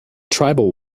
tribal